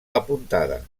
apuntada